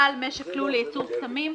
"בעל משק לול לייצור פטמים".